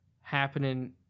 happening